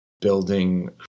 building